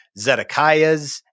Zedekiahs